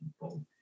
people